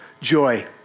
Joy